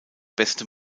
beste